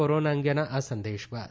corona અંગેના આ સંદેશ બાદ